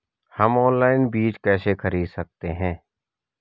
हम ऑनलाइन बीज कैसे खरीद सकते हैं?